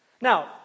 Now